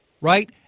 right